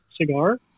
cigar